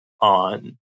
on